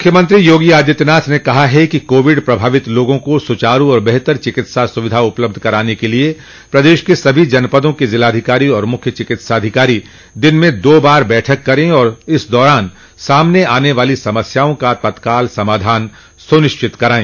मुख्यमंत्री योगी आदित्यनाथ ने कहा कि कोविड प्रभावित लोगों को सुचारू और बेहतर चिकित्सा सुविधा उपलब्ध कराने के लिए प्रदेश के सभी जनपदों के जिलाधिकारी और मुख्य चिकित्साधिकारी दिन में दो बार बैठक करें और इस दौरान सामने आने वाली समस्याओं का तत्काल समाधान सुनिश्चित करायें